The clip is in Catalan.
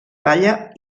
dalla